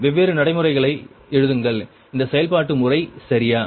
வெவ்வேறு நடைமுறைகளை எழுதுங்கள் இந்த செயல்பாட்டு முறை சரியா